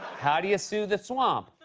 how do you sue the swamp?